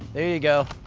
there you go.